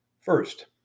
First